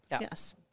yes